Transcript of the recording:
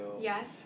yes